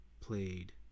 played